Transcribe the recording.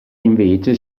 invece